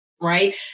Right